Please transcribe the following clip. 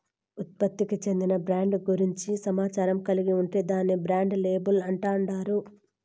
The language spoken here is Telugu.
ఉత్పత్తికి చెందిన బ్రాండ్ గూర్చి సమాచారం కలిగి ఉంటే దాన్ని బ్రాండ్ లేబుల్ అంటాండారు